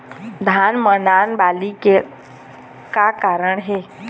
धान म नान बाली के का कारण हे?